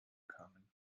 kamen